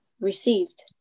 received